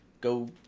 go